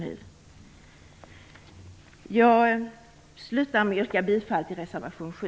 Jag vill slutligen yrka bifall till reservation 7.